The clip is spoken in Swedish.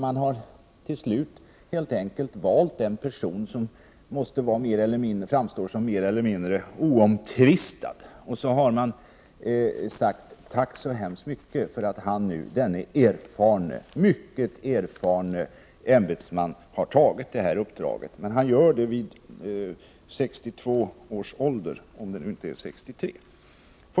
Man har till slut helt enkelt valt en person som måste framstå som mer eller mindre oomtvistad, och så har man sagt tack så hemskt mycket för att denne mycket erfarne ämbetsman har åtagit sig detta uppdrag. Men han gör det vid 62 års ålder, om det inte är 63.